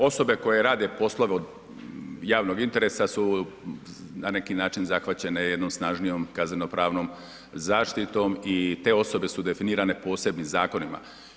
Osobe koje rade poslove od javnog interesa su na neki način zahvaćene jednom snažnijom kaznenopravnom zaštitom i te osobe su definirane posebnim zakonima.